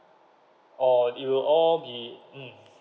or it will all be mm